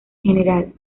general